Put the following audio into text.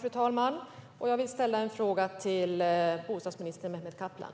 Fru talman! Jag vill ställa en fråga till bostadsminister Mehmet Kaplan.